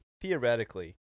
theoretically